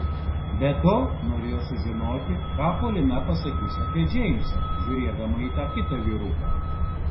be to norėjo sužinoti ką polina pasakys apie džeimsą žiūrėdama į tą kitą vyruką